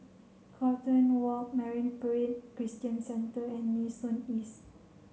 Carlton Walk Marine Parade Christian Centre and Nee Soon East